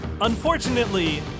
Unfortunately